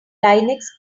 linux